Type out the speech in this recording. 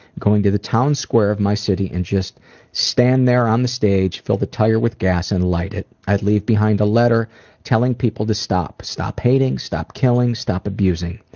going to the town square of my city and just stand there on the stage, fill the tire with gas, and light it. i'd leave behind a letter telling people to stop. stop hating, stop killing, stop abusing.